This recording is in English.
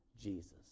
Jesus